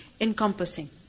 encompassing